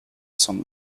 some